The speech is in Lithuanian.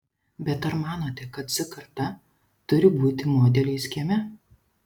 bet ar manote kad z karta turi būti modeliais kieme